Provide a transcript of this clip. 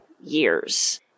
years